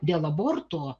dėl aborto